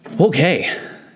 Okay